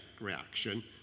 reaction